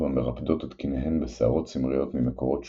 המרפדות את קניהן בשערות צמריות ממקורות שונים,